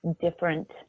different